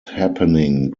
happening